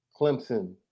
Clemson